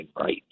right